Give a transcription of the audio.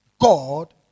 God